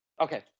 Okay